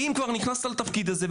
אם כבר נכנסת לתפקיד הזה,